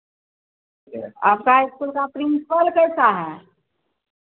आपका स्कूल का प्रिंसिपल कैसा है